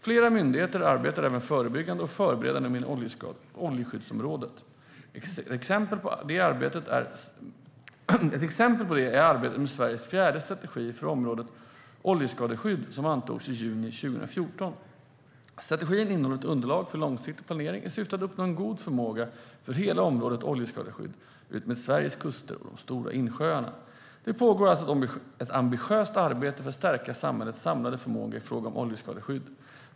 Flera myndigheter arbetar även förebyggande och förberedande inom oljeskyddsområdet. Ett exempel på det är arbetet med Sveriges fjärde strategi för området oljeskadeskydd, som antogs i juni 2014. Strategin innehåller ett underlag för långsiktig planering i syfte att uppnå en god förmåga för hela området oljeskadeskydd utmed Sveriges kuster och de stora insjöarna. Det pågår alltså ett ambitiöst arbete för att stärka samhällets samlade förmåga i fråga om oljeskadeskydd.